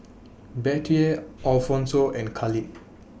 Bettye Alphonso and Khalid